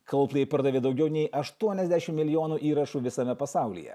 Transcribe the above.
coldpay pardavė daugiau nei aštuoniasdešim milijonų įrašų visame pasaulyje